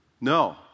No